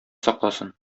сакласын